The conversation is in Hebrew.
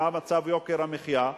מה מצב יוקר המחיה,